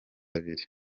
abiri